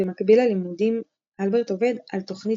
במקביל ללימודים אלברט עובד על "תוכנית